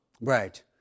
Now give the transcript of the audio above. Right